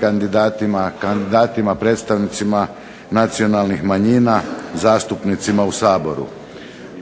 kandidatima, kandidatima predstavnicima nacionalnih manjina zastupnicima u Saboru.